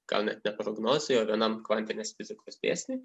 gal net ne prognozei o vienam kvantinės fizikos dėsniui